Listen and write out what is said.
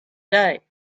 day